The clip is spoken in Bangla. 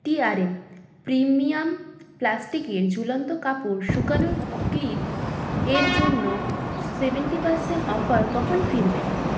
টিআরএম প্রিমিয়াম প্লাস্টিকের ঝুলন্ত কাপড় শুকানোর ক্লিপের জন্য সেভেন্টি পার্সেন্ট অফার কখন ফিরবে